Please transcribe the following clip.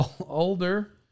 older